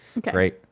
Great